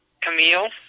Camille